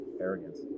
arrogance